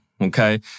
okay